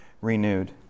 renewed